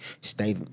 stay